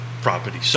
Property